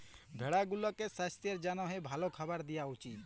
ভেড়া গুলাকে সাস্থের জ্যনহে ভাল খাবার দিঁয়া উচিত